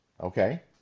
Okay